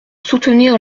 soutenir